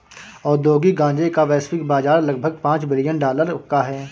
औद्योगिक गांजे का वैश्विक बाजार लगभग पांच बिलियन डॉलर का है